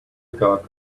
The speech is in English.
got